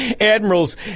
admirals